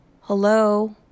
Hello